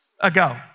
ago